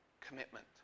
commitment